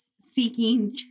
seeking